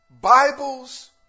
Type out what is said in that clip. Bibles